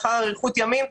לאחר אריכות ימים,